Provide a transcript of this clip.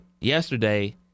yesterday